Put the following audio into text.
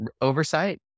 oversight